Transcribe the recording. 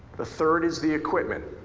the third is the equipment.